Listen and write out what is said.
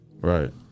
Right